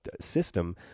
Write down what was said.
system